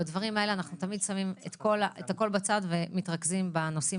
בדברים האלה אנחנו תמיד שמים את הכל בצד ומתרכזים בנושאים